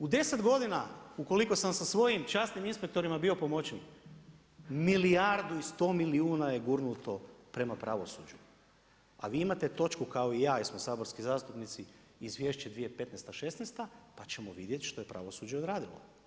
U 10 godina ukoliko sam sa svojim časnim inspektorima bio pomoćnik milijardu i sto milijuna je gurnuto prema pravosuđu, a vi imate točku kao i ja, jer smo saborski zastupnici Izvješće 2015., šesnaesta pa ćemo vidjeti što je pravosuđe odradilo.